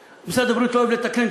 משרד הבריאות לא אוהב לתקנן,